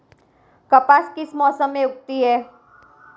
कपास किस मौसम में उगती है?